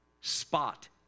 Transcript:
spot